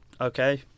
okay